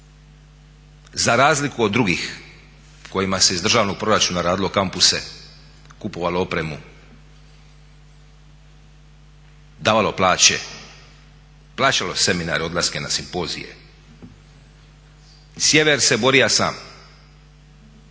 Za razliku od drugih kojima se iz državnog proračuna radilo kampuse, kupovalo opremu, davalo plaće, plaćalo seminare, odlaske na simpozije. Sjever se borija sam,